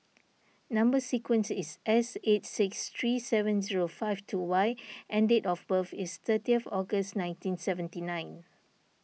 Number Sequence is S eight six three seven zero five two Y and date of birth is thirty August nineteen seventy nine